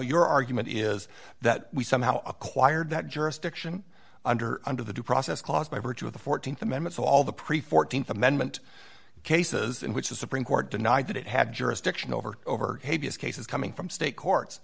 your argument is that we somehow acquired that jurisdiction under under the due process clause by virtue of the th amendment all the pre th amendment cases in which the supreme court denied that it had jurisdiction over over cases coming from state court